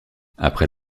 après